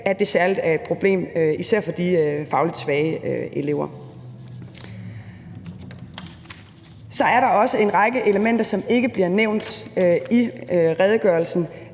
at det særlig er et problem for de fagligt svage elever. Så er der også en række elementer, som ikke bliver nævnt i redegørelsen,